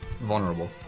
vulnerable